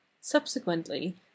subsequently